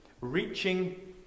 reaching